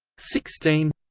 sixteen